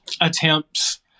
attempts